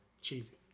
Cheesy